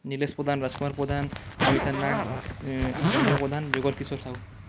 Nilesh Padhan Rajkumar Padhan Namita Nayak Mahendra Padhan Jugal Kishore Sahu